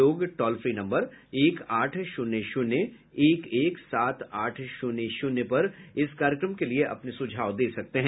लोग toll free number एक आठ शून्य शून्य एक एक सात आठ शून्य शून्य पर इस कार्यक्रम के लिए अपने सुझाव दे सकते हैं